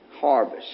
harvest